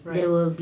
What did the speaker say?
right